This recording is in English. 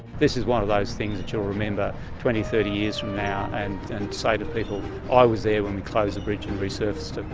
this is one of those things that you'll remember twenty thirty years from now and say to people i was there when we closed the bridge and resurfaced